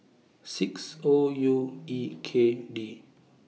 six O U E K D